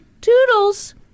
Toodles